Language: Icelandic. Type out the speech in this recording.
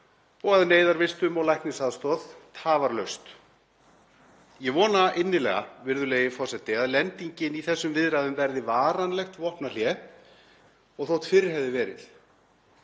og að neyðarvistum og læknisaðstoð. Ég vona innilega, virðulegi forseti, að lendingin í þessum viðræðum verði varanlegt vopnahlé, og þótt fyrr hefði verið.